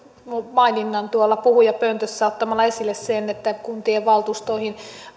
maininnan tuolla puhujapöntössä ottamalla esille sen että kuntien valtuustoihin